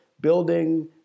building